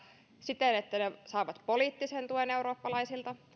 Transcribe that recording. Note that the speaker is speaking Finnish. siten että ne saavat poliittisen tuen eurooppalaisilta